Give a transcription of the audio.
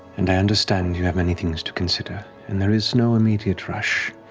and i understand you have many things to consider and there is no immediate rush.